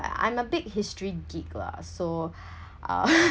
I am a big history geek lah so uh